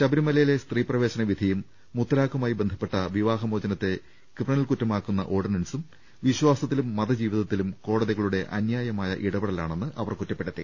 ശബരിമലയിലെ പ്രസ്ത്രീപ്രവേശന വിധിയും മുത്തലാഖുമായി ബന്ധപ്പെട്ട വിവാഹമോചനത്തെ ക്രിമിനൽകുറ്റമാക്കുന്ന ഓർഡിനൻസും വിശ്വാസത്തിലും മതജീവിതത്തിലും കോടതികളുടെ അന്യായമായ ഇടപെടലാണെന്നും അവർ കുറ്റപ്പെടുത്തി